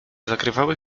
zakrywały